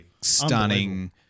stunning